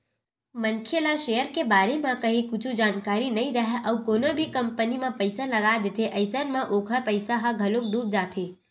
मनखे ला सेयर के बारे म काहि कुछु जानकारी नइ राहय अउ कोनो भी कंपनी म पइसा लगा देथे अइसन म ओखर पइसा ह घलोक डूब जाथे